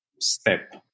step